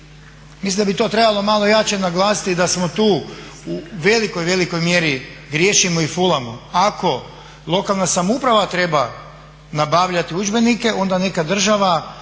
Mislim da bi to trebalo malo jače naglasiti da smo tu u velikoj, velikoj mjeri griješimo i fulamo. Ako lokalna samouprava treba nabavljati udžbenike onda neka država